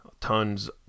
Tons